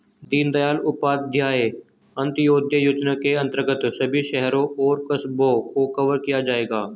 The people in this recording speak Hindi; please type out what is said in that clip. दीनदयाल उपाध्याय अंत्योदय योजना के अंतर्गत सभी शहरों और कस्बों को कवर किया जाएगा